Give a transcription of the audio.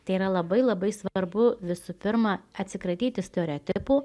tai yra labai labai svarbu visų pirma atsikratyti stereotipų